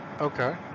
Okay